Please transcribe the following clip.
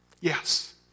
yes